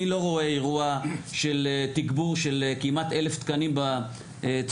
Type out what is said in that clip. אני לא רואה אירוע של תגבור של כמעט 1000 תקנים במחוזות,